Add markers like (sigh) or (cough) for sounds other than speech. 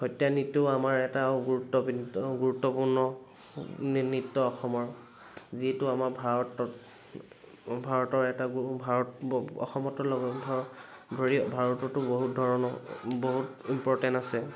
সত্ৰীয়া নৃত্যও আমাৰ এটা গুৰুত্বপিত্ত গুৰুত্বপূৰ্ণ নৃত্য অসমৰ যিটো আমাৰ ভাৰতত ভাৰতৰ এটা (unintelligible) ভাৰত অসমতো (unintelligible) ভাৰততো বহুত ধৰণৰ বহুত ইম্পৰটেন্ট আছে